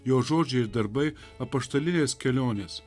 jo žodžiai ir darbai apaštalinės kelionės